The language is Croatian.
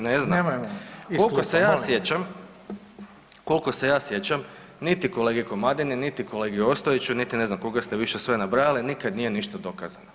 Ne znam [[Upadica: Nemojmo iz klupa, molim vas.]] koliko se ja sjećam, koliko se ja sjećam niti kolegi Komadini, niti kolegi Ostojiću, niti ne znam koga ste više nabrajali nikad nije ništa dokazano.